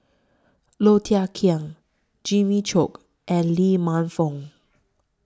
Low Thia Khiang Jimmy Chok and Lee Man Fong